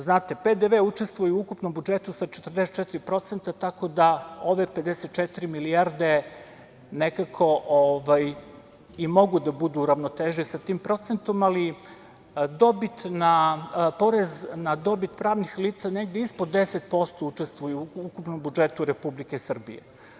Znate, PDV učestvuje u ukupnom budžetu sa 44%, tako da ove 54 milijarde nekako i mogu da budu u ravnoteži sa tim procentom, ali porez na dobit pravnih lica negde ispod 10% učestvuju u ukupnom budžetu Republike Srbije.